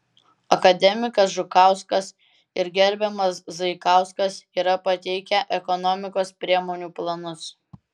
akademikas žukauskas ir gerbiamas zaikauskas yra pateikę ekonomikos priemonių planus